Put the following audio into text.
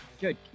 Good